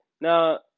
Now